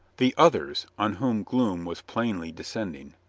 the others, on whom gloom was plainly descend ing,